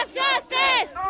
justice